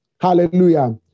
Hallelujah